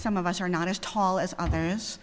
some of us are not as tall as others